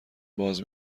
باز